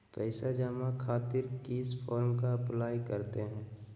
पैसा जमा खातिर किस फॉर्म का अप्लाई करते हैं?